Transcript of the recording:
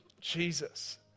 Jesus